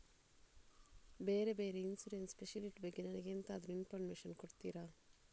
ಬೇರೆ ಬೇರೆ insurance facility ಬಗ್ಗೆ ನನಗೆ ಎಂತಾದ್ರೂ ಇನ್ಫೋರ್ಮೇಷನ್ ಕೊಡ್ತೀರಾ?